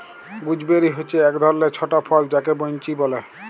gooseberry হচ্যে এক ধরলের ছট ফল যাকে বৈনচি ব্যলে